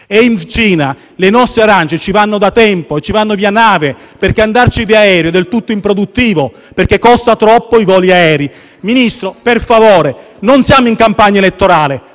e in Cina le nostre arance ci vanno da tempo, ci vanno via nave, perché andarci via aereo è del tutto improduttivo, perché costano troppo i voli aerei. Ministro, per favore, non siamo in campagna elettorale,